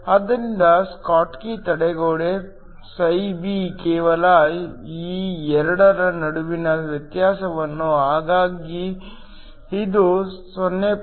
ಆದ್ದರಿಂದ ಸ್ಕಾಟ್ಕಿ ತಡೆಗೋಡೆ φB ಕೇವಲ ಈ 2 ರ ನಡುವಿನ ವ್ಯತ್ಯಾಸವಾಗಿದೆ ಹಾಗಾಗಿ ಇದು 0